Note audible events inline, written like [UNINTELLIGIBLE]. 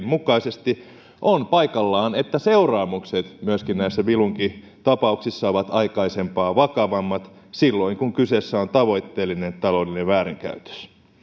[UNINTELLIGIBLE] mukaisesti on paikallaan että seuraamukset myöskin näissä vilunkitapauksissa ovat aikaisempaa vakavammat silloin kun kyseessä on tavoitteellinen taloudellinen väärinkäytös